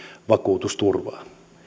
vakuutusturvaa